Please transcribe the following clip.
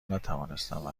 نتوانستم